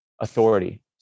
authority